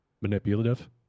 Manipulative